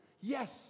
Yes